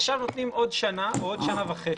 עכשיו נותנים עוד שנה ועוד שנה וחצי.